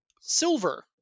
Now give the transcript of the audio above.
silver